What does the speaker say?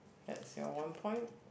that's your one point